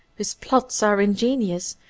whose plots are ingenious,